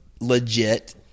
legit